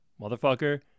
Motherfucker